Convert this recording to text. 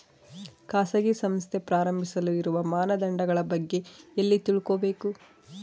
ಖಾಸಗಿ ಸಂಸ್ಥೆ ಪ್ರಾರಂಭಿಸಲು ಇರುವ ಮಾನದಂಡಗಳ ಬಗ್ಗೆ ಎಲ್ಲಿ ತಿಳ್ಕೊಬೇಕು?